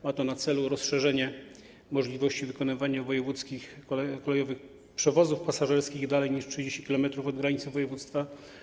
Ma to na celu rozszerzenie możliwości wykonywania wojewódzkich kolejowych przewozów pasażerskich dalej niż 30 km od granicy województwa.